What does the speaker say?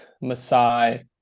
Masai